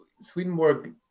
Swedenborg